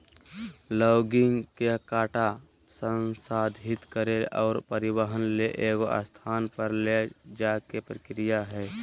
logging के काटा संसाधित करे और परिवहन ले एगो स्थान पर ले जाय के प्रक्रिया हइ